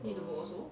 err